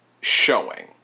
showing